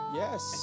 yes